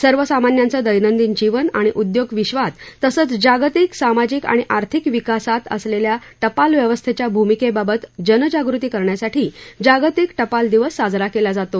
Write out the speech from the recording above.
सर्वसामान्यांचं दैनंदिन जीवन आणि उद्योग विश्वात तसंच जागतिक सामाजिक आणि आर्थिक विकासात असलेल्या टपाल व्यवस्थेच्या भूमिकेबाबत जनजागृती करण्यासाठी जागतिक टपाल दिवस साजरा केला जातो